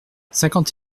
cinquante